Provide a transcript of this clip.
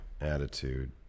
Attitude